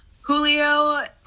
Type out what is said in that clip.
Julio